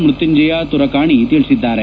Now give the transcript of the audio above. ಮೃತ್ಲುಂಜಯ ತುರಕಾಣಿ ತಿಳಿಸಿದ್ದಾರೆ